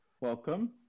Welcome